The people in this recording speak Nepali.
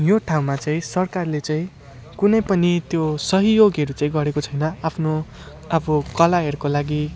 यो ठाउँमा चाहिँ सरकारले चाहिँ कुनै पनि त्यो सहयोगहरू चाहिँ गरेको छैन आफ्नो आफ्नो कलाहरूको लागि